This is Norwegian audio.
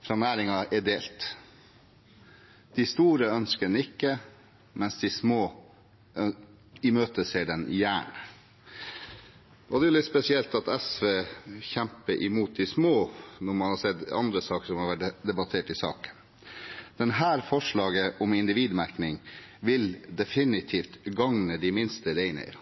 fra næringen om individmerkingen er delt. De store ønsker den ikke, mens de små gjerne imøteser den. Det er litt spesielt at SV kjemper imot de små når man har sett andre saker som har vært debattert i sak. Dette forslaget om individmerking vil definitivt gagne de minste reineierne,